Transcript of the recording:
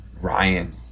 ryan